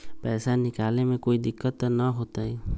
पैसा निकाले में कोई दिक्कत त न होतई?